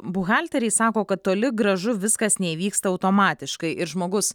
buhalteriai sako kad toli gražu viskas neįvyksta automatiškai ir žmogus